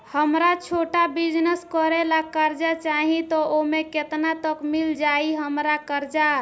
हमरा छोटा बिजनेस करे ला कर्जा चाहि त ओमे केतना तक मिल जायी हमरा कर्जा?